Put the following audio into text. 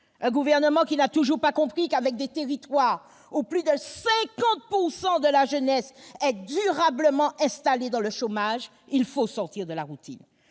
Un gouvernement qui n'a toujours pas compris que, avec des territoires où plus de la moitié de la jeunesse est durablement installée dans le chômage, il faut sortir de la routine